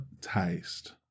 taste